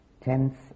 tense